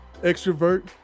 extrovert